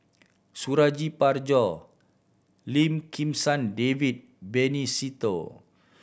Suradi Parjo Lim Kim San David Benny Se Teo